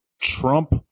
Trump